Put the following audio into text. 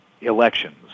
elections